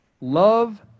love